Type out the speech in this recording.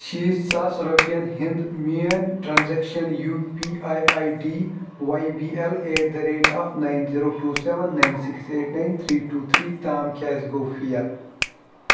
شیٖتھ ساس رۄپیَن ہِنٛد میٲنۍ transaction U P I I D Y B L at the rate of nine zero two seven nine six eight nine three two three تام کیٛازِ گوٚو فیل